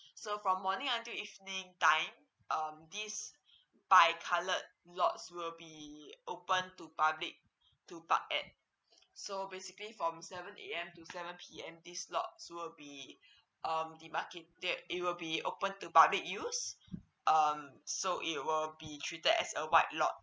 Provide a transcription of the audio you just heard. so from morning until evening time um this bi coloured lots will be open to public to park at so basically from seven A_M to seven P_M this lot will be um demarcated it will be open to public use um so it will be treated as a white lot